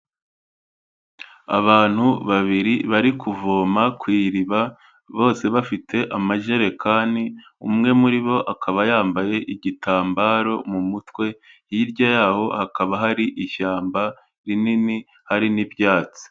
Abantu babiri bari kuvoma ku iriba bose bafite amajerekani, umwe muri bo akaba yambaye igitambaro mu mutwe, hirya yaho hakaba hari ishyamba rinini hari n'ibyatsi.